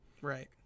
Right